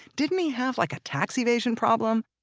didn't he have like a tax evasion problem?